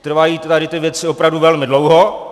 Trvají tady ty věci opravdu velmi dlouho.